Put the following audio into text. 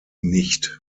nicht